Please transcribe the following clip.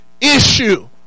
issue